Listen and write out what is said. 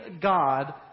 God